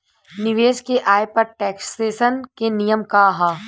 निवेश के आय पर टेक्सेशन के नियम का ह?